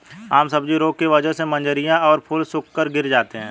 आम सब्जी रोग की वजह से मंजरियां और फूल सूखकर गिर जाते हैं